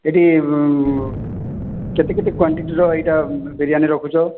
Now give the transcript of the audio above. ସେଇଠି କେତେ କେତେ କ୍ଵାଣ୍ଟିଟିର ଏଇଟା ବିରିୟାନୀ ରଖୁଛ